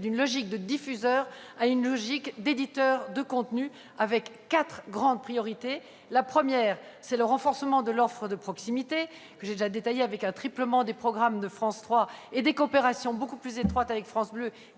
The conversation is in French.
d'une logique de diffuseur à une logique d'éditeur de contenu avec quatre grandes priorités. La première, c'est le renforcement de l'offre de proximité, que j'ai déjà détaillée, avec un triplement des programmes de France 3, des coopérations beaucoup plus étroites avec France Bleu